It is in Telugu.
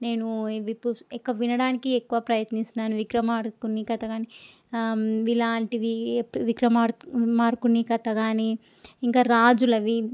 నేను ఇవి పు ఇంక వినడానికి ఎక్కువ ప్రయత్నిస్తున్నాను విక్రమార్కుని కథ కానీ ఇలాంటివి విక్రమార్కుని కథ కానీ ఇంకా రాజులవి